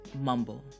mumble